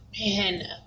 man